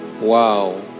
Wow